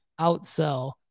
outsell